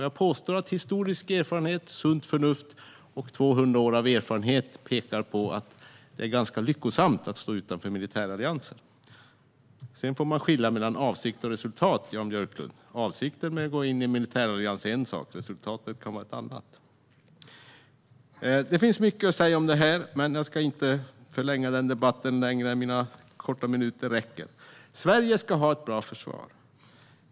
Jag påstår att historisk erfarenhet, sunt förnuft och 200 år av erfarenhet pekar på att det är ganska lyckosamt att stå utanför militärallianser. Sedan får man skilja mellan avsikt och resultat, Jan Björklund. Avsikten med att gå in i en militärallians är en sak, resultatet kan vara ett annat. Det finns mycket att säga om detta, men jag ska inte förlänga debatten så mycket mer. Sverige ska ha ett bra försvar.